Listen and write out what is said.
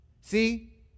See